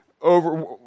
over